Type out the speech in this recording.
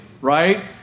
right